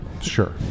Sure